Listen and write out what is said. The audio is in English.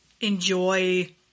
enjoy